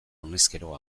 honezkero